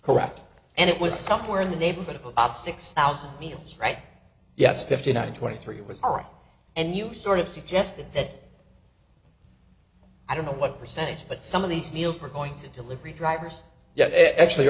correct and it was somewhere in the neighborhood of about six thousand meals right yes fifty nine twenty three was all right and you sort of suggested that i don't know what percentage but some of these meals were going to delivery drivers yet actually